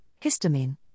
histamine